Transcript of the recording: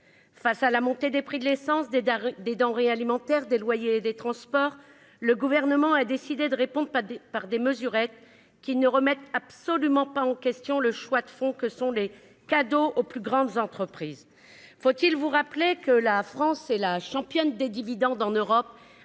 Face à la montée des prix de l'essence, des denrées alimentaires, des loyers et des transports, le Gouvernement a décidé de répondre par des mesurettes qui ne remettent absolument pas en question ses choix de fond : les cadeaux aux plus grandes entreprises. Faut-il vous rappeler que la France est la championne des dividendes en Europe,